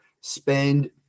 spend